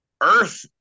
Earth